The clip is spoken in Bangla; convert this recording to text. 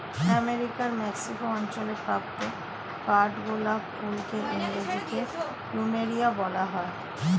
আমেরিকার মেক্সিকো অঞ্চলে প্রাপ্ত কাঠগোলাপ ফুলকে ইংরেজিতে প্লুমেরিয়া বলা হয়